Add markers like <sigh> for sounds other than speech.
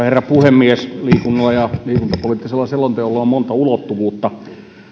<unintelligible> herra puhemies liikunnalla ja liikuntapoliittisella selonteolla on monta ulottuvuutta